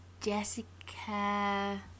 Jessica